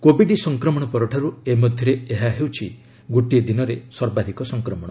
Covid ସଂକ୍ରମଣ ପରଠାରୁ ଏ ମଧ୍ୟରେ ଏହା ହେଉଛି ଗୋଟିଏ ଦିନରେ ସର୍ବାଧିକ ସଂକ୍ରମଣ